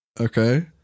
okay